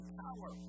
power